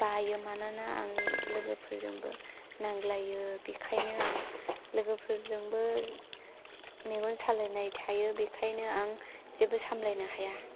बायो मानोना आं लोगोफोरजोंबो नांलायो बेनिखायनो आं लोगोफोरजोंबो मेगन सालायनाय थायो बेनिखायनो आं जेबो सामलायनो हाया